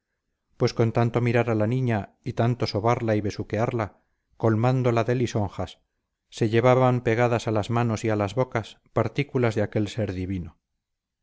pues con tanto mirar a la niña y tanto sobarla y besuquearla colmándola de lisonjas se llevaban pegadas a las manos y a las bocas partículas de aquel ser divino